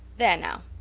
there now!